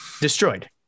destroyed